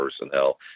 personnel